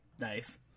Nice